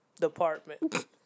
department